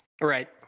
Right